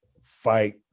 fight